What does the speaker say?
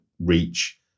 reach